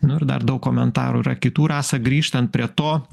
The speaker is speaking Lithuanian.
nu ir dar daug komentarų yra kitų rasa grįžtant prie to